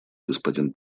господин